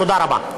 תודה רבה.